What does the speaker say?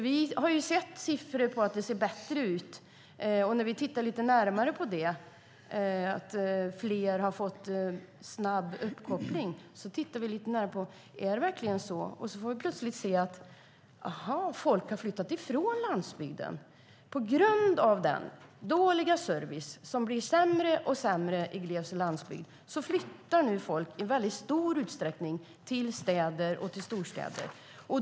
Vi har sett siffror som visar att det ser bättre ut, att fler har fått snabb uppkoppling. Men detta har vi tittat lite närmare på. Är det verkligen så? Då får vi plötsligt se: Aha! Folk har flyttat ifrån landsbygden på grund av den dåliga servicen, som blir sämre och sämre i gles och landsbygd. Folk flyttar nu i väldigt stor utsträckning till storstäder och andra städer.